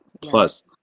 Plus